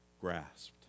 grasped